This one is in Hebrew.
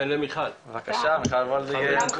בבקשה, מיכל וולדיגר.